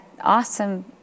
awesome